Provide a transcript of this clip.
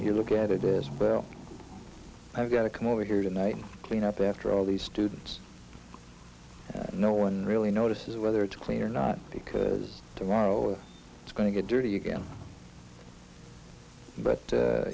you look at it as well i've got to come over here tonight clean up after all the students no one really notices whether it's clean or not because tomorrow is going to get dirty again but